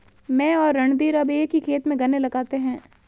मैं और रणधीर अब एक ही खेत में गन्ने लगाते हैं